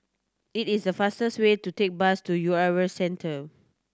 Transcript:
it is the fastest way to take bus to U R A Centre